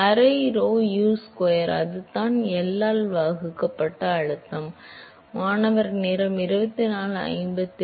அரை rho Usquare அது தான் L ஆல் வகுக்கப்பட்ட அழுத்தம் மாணவர் Lsquare ஆல் பெருக்கப்பட்டது